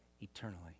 eternally